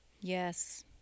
Yes